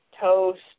toast